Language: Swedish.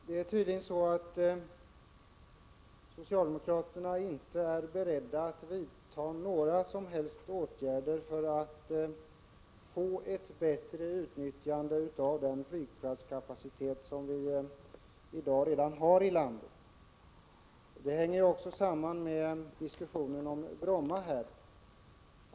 Herr talman! Socialdemokraterna är tydligen inte beredda att vidta några som helst åtgärder för att få ett ytterligare förbättrat utnyttjande av den flygplatskapacitet som vi i dag har i landet. Det hänger ju också samman med diskussionen om Bromma.